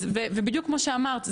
בדיוק כמו שאמרת,